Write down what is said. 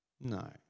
No